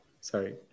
Sorry